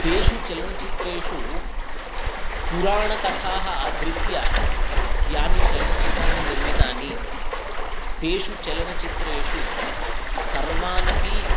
तेषु चलनचित्रेषु पुराणकथाः आधृत्य यानि चलनचित्राणि निर्मितानि तेषु चलनचित्रेषु सर्वान् अपि